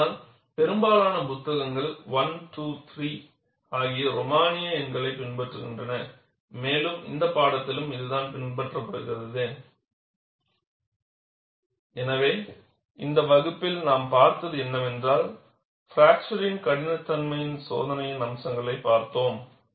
ஆனால் பெரும்பாலான புத்தகங்கள் I II மற்றும் III ஆகிய ரோமானிய எண்களைப் பின்பற்றுகின்றன மேலும் இந்த பாடத்திலும் இது பின்பற்றப்படுகிறது எனவே இந்த வகுப்பில் நாம் பார்த்தது என்னவென்றால் பிராக்சர் கடினத்தன்மையின் சோதனையின் அம்சங்களைப் பார்த்தோம்